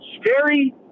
Scary